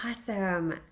Awesome